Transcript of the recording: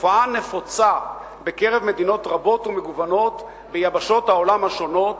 התופעה נפוצה בקרב מדינות רבות ומגוונות ביבשות העולם השונות,